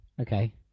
okay